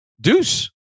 Deuce